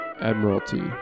admiralty